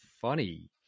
funny